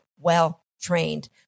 well-trained